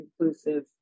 inclusive